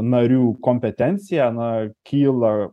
narių kompetenciją na kyla